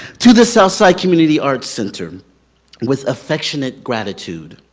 to the south side community arts center with affectionate gratitude.